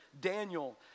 Daniel